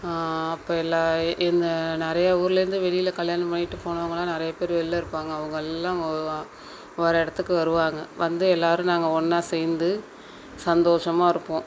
அப்போ எல்லா எங்கள் நிறைய ஊர்லருந்து வெளியில் கல்யாணம் பண்ணிவிட்டு போனவங்களாம் நிறையா பேர் வெளிலருப்பாங்க அவங்க எல்லாம் வருவா ஒரு இடத்துக்கு வருவாங்க வந்து எல்லாரும் நாங்கள் ஒன்னாக சேர்ந்து சந்தோஷமாக இருப்போம்